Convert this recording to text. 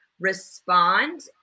respond